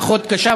פחות קשה,